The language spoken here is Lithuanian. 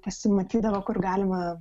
pasimatydavo kur galima